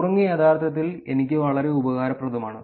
നുറുങ്ങ് യഥാർത്ഥത്തിൽ എനിക്ക് വളരെ ഉപകാരപ്രദമാണ്